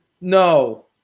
no